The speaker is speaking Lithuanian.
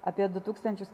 apie du tūkstančius